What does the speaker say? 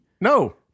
No